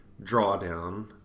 drawdown